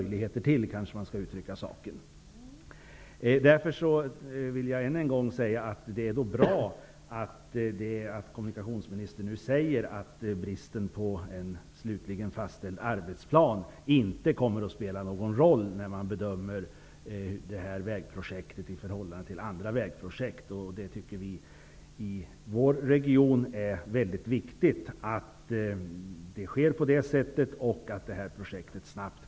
Jag vill än en gång säga att det är bra att kommunikationsministern nu säger att bristen på en slutligen fastställd arbetsplan inte kommer att spela någon roll vid bedömningen av vägprojekt i förhållande till andra vägprojekt. Vi tycker i vår region att det är viktigt att projektet kan komma i gång snabbt.